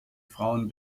frauen